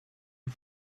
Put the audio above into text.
had